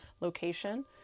location